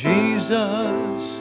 Jesus